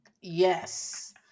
Yes